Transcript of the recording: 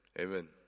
amen